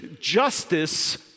justice